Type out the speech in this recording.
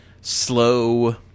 slow